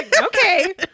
Okay